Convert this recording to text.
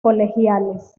colegiales